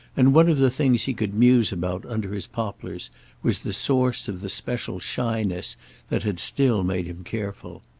and one of the things he could muse about under his poplars was the source of the special shyness that had still made him careful.